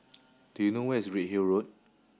do you know where is Redhill Road